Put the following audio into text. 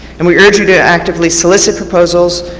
and we urge you to actively solicit proposals,